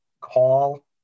call